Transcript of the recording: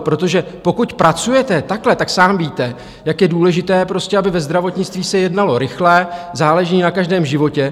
Protože pokud pracujete takhle, tak sám víte, jak je důležité, aby ve zdravotnictví se jednalo rychle, záleží na každém životě.